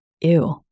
Ew